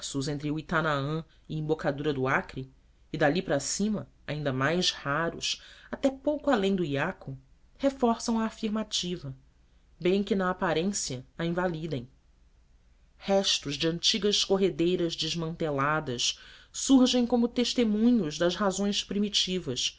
entre huitanaã e a embocadura do acre e dali para cima ainda mais raros até pouco além do iaco reforçam a afirmativa bem que na aparência a invalidem restos de antigas corredeiras desmanteladas surgem como testemunhos das erosões primitivas